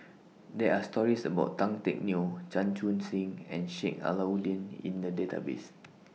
There Are stories about Tan Teck Neo Chan Chun Sing and Sheik Alau'ddin in The Database